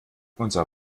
unser